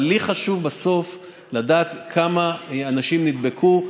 אבל לי חשוב בסוף לדעת כמה אנשים נדבקו,